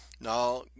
Now